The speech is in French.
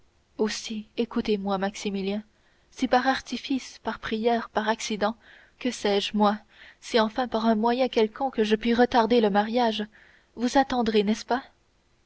aussi écoutez-moi maximilien si par artifice par prière par accident que sais-je moi si enfin par un moyen quelconque je puis retarder le mariage vous attendrez n'est-ce pas